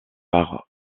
par